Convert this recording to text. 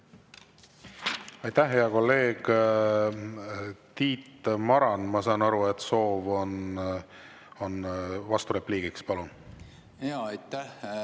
Aitäh, hea kolleeg! Tiit Maran, ma saan aru, et soov on vasturepliigiks. Palun!